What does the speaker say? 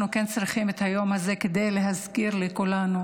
אנחנו כן צריכים את היום הזה כדי להזכיר לכולנו,